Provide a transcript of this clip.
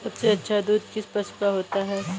सबसे अच्छा दूध किस पशु का होता है?